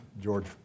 George